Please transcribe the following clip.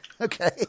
okay